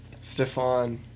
Stefan